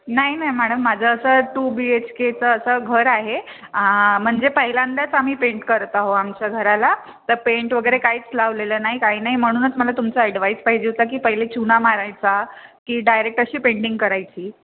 नाही नाही मॅडम माझं असं टू बी एच केचं असं घर आहे म्हणजे पहिल्यांदाच आम्ही पेंट करत आहोत आमच्या घराला तर पेंट वगैरे काहीच लावलेलं नाही काही नाही म्हणूनच मला तुमचा ॲडवाईस पाहिजे होता की पहिले चुना मारायचा की डायरेक्ट अशी पेंटिंग करायची